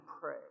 pray